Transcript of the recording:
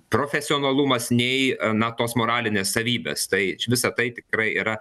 profesionalumas nei na tos moralinės savybės tai visa tai tikrai yra